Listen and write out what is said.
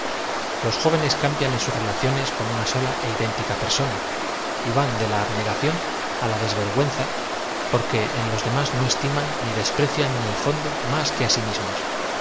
los jóvenes cambian en sus relaciones con una sola é idéutica persona y van de la abnegación á la des vergüenza porque en i ob demás no estiman ni despre clan en el fondo más que á si mismos